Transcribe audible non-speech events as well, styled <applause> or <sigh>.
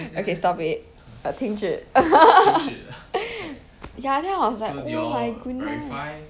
okay stop it err 停止 <laughs> ya then I was like oh my goodness